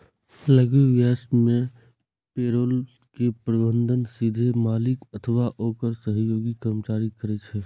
लघु व्यवसाय मे पेरोल के प्रबंधन सीधे मालिक अथवा ओकर सहयोगी कर्मचारी करै छै